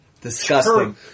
Disgusting